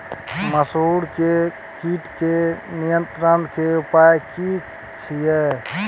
मसूर के कीट के नियंत्रण के उपाय की छिये?